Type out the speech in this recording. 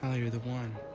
ah you're the one.